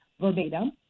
verbatim